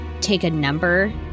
take-a-number